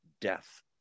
death